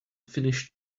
finished